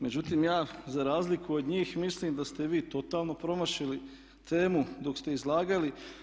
Međutim, ja za razliku od njih mislim da ste vi totalno promašili temu dok ste izlagali.